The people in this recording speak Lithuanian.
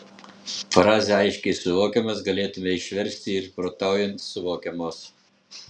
frazę aiškiai suvokiamos galėtumėme išversti ir protaujant suvokiamos